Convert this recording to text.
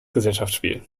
gesellschaftsspiel